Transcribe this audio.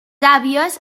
àvies